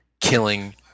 killing